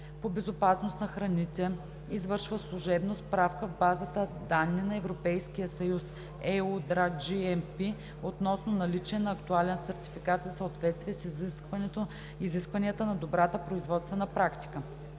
по безопасност на храните извършва служебно справка в базата данни на Европейския съюз (EudraGMP) относно наличие на актуален сертификат за съответствие с изискванията на ДПП. (6) Изпълнителният